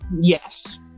Yes